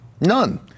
None